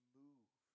move